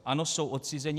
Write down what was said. Ano, jsou odcizeni.